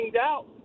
out